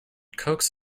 coax